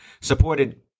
supported